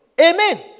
Amen